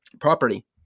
property